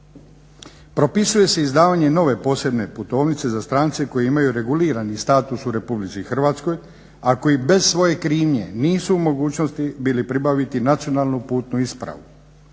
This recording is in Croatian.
Propisuje se izdavanje nove posebne putovnice za strance koji imaju regulirani status u Republici Hrvatskoj, a koji bez svoje krivnje nisu u mogućnosti bili pribaviti nacionalnu putnu ispravu.